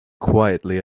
quietly